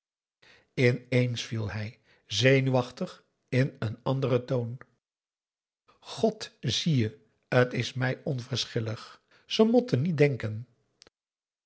ineens viel hij zenuwachtig in een anderen toon od zie je t is mij onverschillig ze motten niet denken